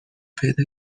پیدا